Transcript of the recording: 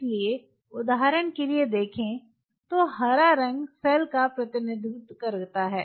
इसलिए उदाहरण के लिए देखें देखें समय 1210 तो हरा रंग सेल का प्रतिनिधित्व करता है